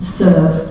serve